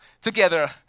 together